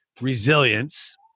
resilience